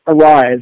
arrive